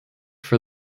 for